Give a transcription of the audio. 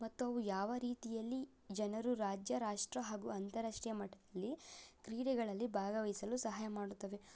ಮತ್ತು ಅವು ಯಾವ ರೀತಿಯಲ್ಲಿ ಜನರು ರಾಜ್ಯ ರಾಷ್ಟ್ರ ಹಾಗೂ ಅಂತಾರಾಷ್ಟ್ರೀಯ ಮಟ್ಟದಲ್ಲಿ ಕ್ರೀಡೆಗಳಲ್ಲಿ ಭಾಗವಹಿಸಲು ಸಹಾಯ ಮಾಡುತ್ತವೆ